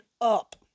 up